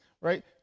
right